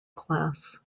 class